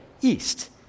East